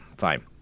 Fine